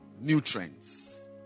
nutrients